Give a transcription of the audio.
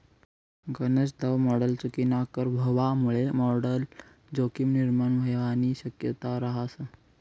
गनज दाव मॉडल चुकीनाकर व्हवामुये मॉडल जोखीम निर्माण व्हवानी शक्यता रहास